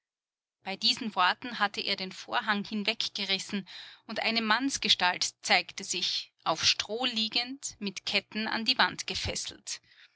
bei diesen worten hatte er den vorhang hinweggerissen und eine mannsgestalt zeigte sich auf stroh liegend mit ketten an die wand gefesselt